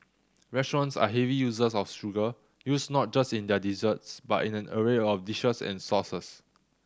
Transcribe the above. restaurants are heavy users of sugar used not just in their desserts but in an array of dishes and sauces